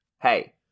hey